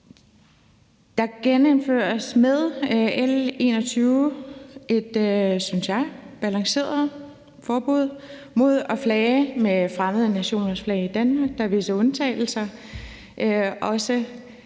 Der genindføres med L 21 et, synes jeg, balanceret forbud mod at flage med fremmede nationers flag i Danmark. Der er visse undtagelser,